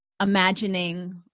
imagining